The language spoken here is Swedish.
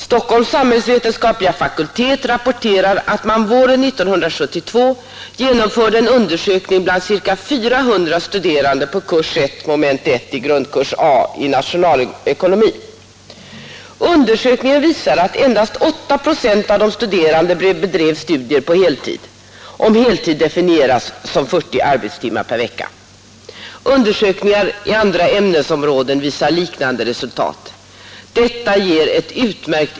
Stockholms samhällsvetenskapliga fakultet rapporterar att man våren 1972 genomförde en undersökning bland ca 400 studerande på kurs 1, moment 1 inom grundkurs A 1 i nationalekonomi. Undersökningen visar att endast 8 procent av de studerande bedrev studier på heltid, om heltid definieras som 40 arbetstimmar per vecka. Undersökningen i andra ämnesområden visar liknande resultat.